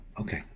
Okay